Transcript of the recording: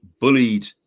bullied